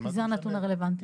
זה הנתון הרלוונטי.